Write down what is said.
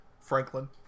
Franklin